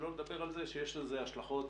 שלא לדבר על זה שיש לזה השלכות